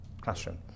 classroom